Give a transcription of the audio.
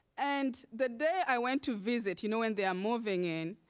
and the day i went to visit. you know and they are moving in.